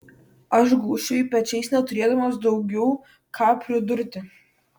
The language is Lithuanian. aš gūžčioju pečiais neturėdamas daugiau ką pridurti